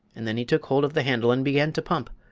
and then he took hold of the handle and began to pump,